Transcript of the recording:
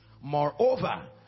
Moreover